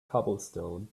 cobblestone